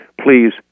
Please